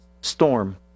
storm